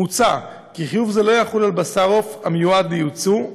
מוצע כי חיוב זה לא יחול על בשר עוף המיועד לייצוא.